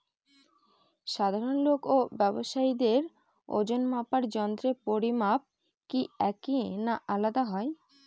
সাধারণ লোক ও ব্যাবসায়ীদের ওজনমাপার যন্ত্রের পরিমাপ কি একই না আলাদা হয়?